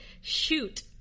shoot